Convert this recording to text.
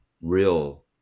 real